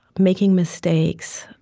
making mistakes,